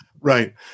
right